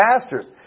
pastors